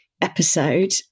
episode